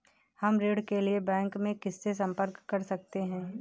हम ऋण के लिए बैंक में किससे संपर्क कर सकते हैं?